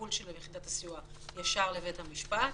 לטיפול של יחידת הסיוע ישר לבית המשפט.